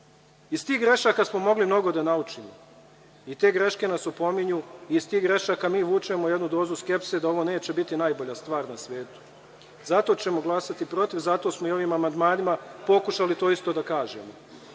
tih grešaka smo mogli mnogo da naučimo i te greške nas opominju. Iz tih grešaka mi vučemo jednu dozu skepse da ovo neće biti najbolja stvar na svetu. Zato ćemo glasati protiv. Zato smo i ovim amandmanima pokušali to isto da kažemo.